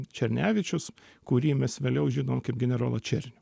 černevičius kurį mes vėliau žinom kaip generolą černių